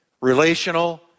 relational